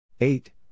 eight